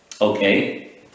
Okay